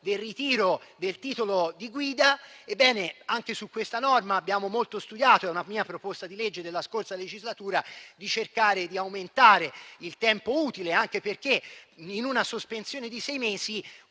del ritiro del titolo di guida. Su questa norma abbiamo molto studiato (era una mia proposta di legge nella passata legislatura) per cercare di aumentare il tempo utile, anche perché, con una sospensione di sei mesi,